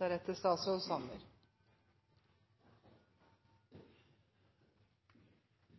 hjerteligst alle som